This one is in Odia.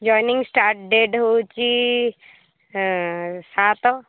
ଜଏନିଙ୍ଗ୍ ଷ୍ଟାର୍ଟ୍ ଡେଟ୍ ହେଉଛି ସାତ